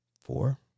Four